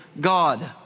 God